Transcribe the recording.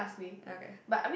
okay